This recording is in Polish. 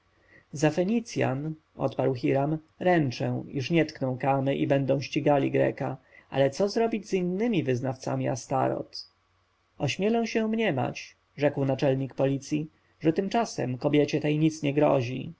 za fenicjan odparł hiram ręczę że nie tkną kamy i będą ścigali greka ale co zrobić z innymi wyznawcami astoreth ośmielę się mniemać rzekł naczelnik policji że tymczasem kobiecie tej nic nie grozi